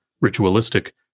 ritualistic